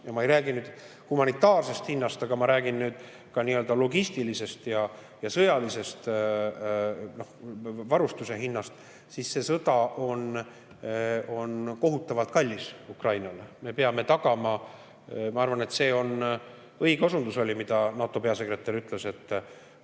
ja ma ei räägi nüüd humanitaarsest hinnast, vaid ma räägin ka nii-öelda logistilisest ja sõjalise varustuse hinnast –, see sõda on kohutavalt kallis Ukrainale. Ma arvan, et see oli õige [väide], mis NATO peasekretär ütles, et